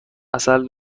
عسل